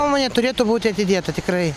nuomone turėtų būti atidėta tikrai